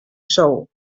sou